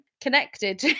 connected